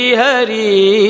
Hari